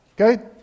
Okay